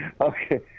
okay